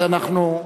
אז אנחנו,